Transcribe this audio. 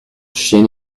chienne